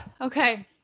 Okay